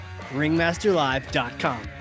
Ringmasterlive.com